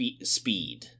speed